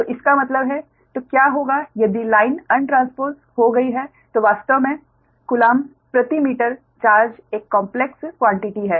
तो इसका मतलब है तो क्या होगा यदि लाइन अनट्रांसपोस हो गई है तो वास्तव में कूलम्ब प्रति मीटर चार्ज एक कॉम्प्लेक्स क्वान्टिटी है